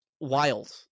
Wild